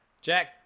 Jack